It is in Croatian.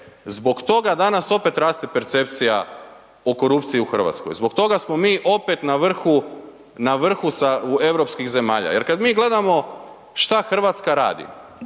zbog toga danas opet raste percepcija o korupciji u Hrvatskoj, zbog toga smo mi opet na vrhu europskih zemalja. Jer kad mi gledamo šta Hrvatska radi